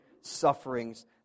sufferings